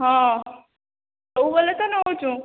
ହଁ ସବୁବେଲେ ତ ନେଉଛୁଁ